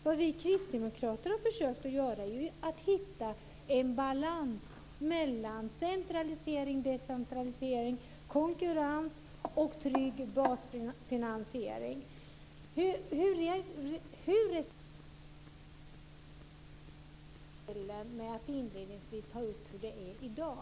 Vad vi kristdemokrater har försökt göra är att hitta en balans mellan centralisering, decentralisering, konkurrens och trygg basfinansiering. Hur resonerar Inger Lundberg när hon försvarar modellen med att inledningsvis ta upp hur det är i dag?